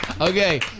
Okay